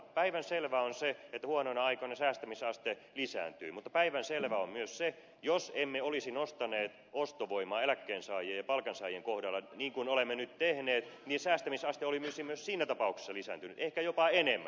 päivänselvää on se että huonoina aikoina säästämisaste lisääntyy mutta päivänselvää on myös se että jos emme olisi nostaneet ostovoimaa eläkkeensaajien ja palkansaajien kohdalla niin kuin olemme nyt tehneet niin säästämisaste olisi myös siinä tapauksessa lisääntynyt ehkä jopa enemmän